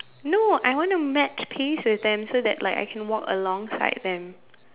no I wanna match pace with them so that like I can walk alongside them